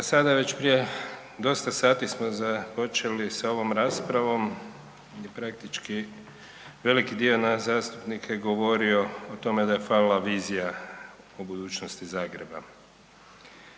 Sada već prije dosta sati smo započeli sa ovom raspravom i praktički veliki dio nas zastupnika je govorio o tome da je falila vizija o budućnosti Zagreba,